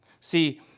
See